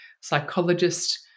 psychologist